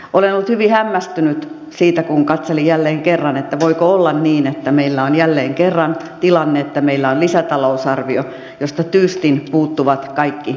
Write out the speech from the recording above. olen ollut hyvin hämmästynyt siitä kun katselin jälleen kerran että voiko olla niin että meillä on jälleen kerran tilanne että meillä on lisätalousarvio josta tyystin puuttuvat kaikki työllistämistoimenpiteet